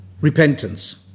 repentance